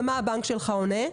ומה הבנק שלך אומר לך?